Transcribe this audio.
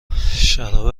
شراب